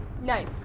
Nice